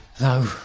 No